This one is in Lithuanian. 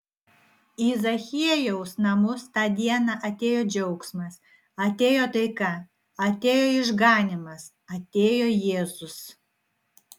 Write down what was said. į zachiejaus namus tą dieną atėjo džiaugsmas atėjo taika atėjo išganymas atėjo jėzus